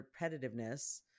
repetitiveness